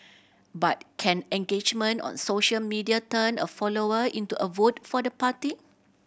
but can engagement on social media turn a follower into a vote for the party